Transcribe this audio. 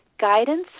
Guidance